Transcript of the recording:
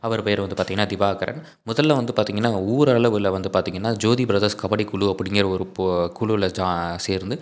அவர் பெயரு வந்து பார்த்திங்கனா திவாகரன் முதலில் வந்து பார்த்திங்கனா ஊரளவில் வந்து பார்த்திங்கனா ஜோதி ப்ரதர்ஸ் கபடி குழு அப்படிங்கிற ஒரு பொ குழுவுல ஜா சேர்ந்து